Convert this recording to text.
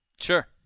Sure